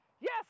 yes